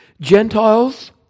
Gentiles